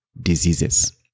diseases